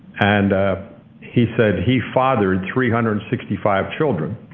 and he said he fathered three hundred and sixty five children,